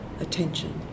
attention